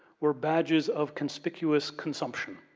were badges of conspicuous consumption.